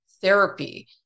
therapy